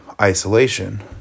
isolation